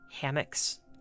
hammocks